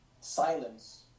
Silence